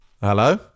hello